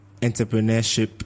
entrepreneurship